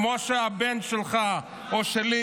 כמו שהבן שלך או שלי,